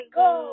go